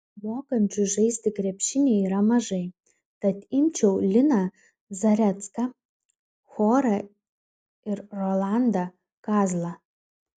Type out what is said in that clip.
mokančių žaisti krepšinį yra mažai tad imčiau liną zarecką chorą ir rolandą kazlą